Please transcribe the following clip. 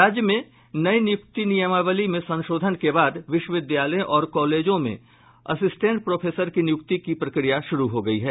राज्य में नई नियुक्ति नियमावली में संशोधन के बाद विश्वविद्यालयों और कॉलेजों में असिस्टेंट प्रोफेसर की नियुक्ति की प्रक्रिया शुरू हो गयी है